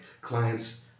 client's